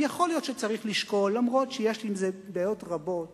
ויכול להיות שצריך לשקול, אף שיש עם זה דעות רבות